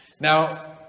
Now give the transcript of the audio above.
Now